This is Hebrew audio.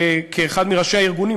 כאחד מראשי הארגונים,